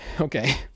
okay